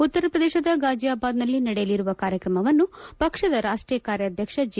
ಉತ್ತರ ಪ್ರದೇಶದ ಗಾಜಿಯಾಬಾದ್ನಲ್ಲಿ ನಡೆಯಲಿರುವ ಕಾರ್ಯಕ್ರಮವನ್ನು ಪಕ್ಷದ ರಾಷ್ಟೀಯ ಕಾರ್ಯಾಧಕ್ಷ ಜೆ